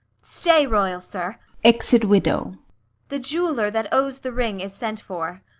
stay, royal sir exit widow the jeweller that owes the ring is sent for,